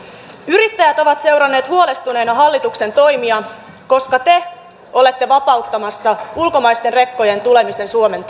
yrittäjät ovat seuranneet huolestuneena hallituksen toimia koska te olette vapauttamassa ulkomaisten rekkojen tulemisen suomen